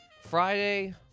Friday